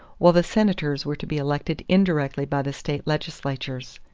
while the senators were to be elected indirectly by the state legislatures.